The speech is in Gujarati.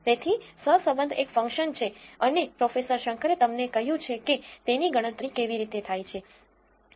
તેથી સહસંબંધ એક ફંક્શન છે અને પ્રોફેસર શંકરે તમને કહ્યું છે કે તેની ગણતરી કેવી રીતે થાય છે